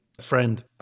friend